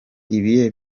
ibihe